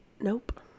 Nope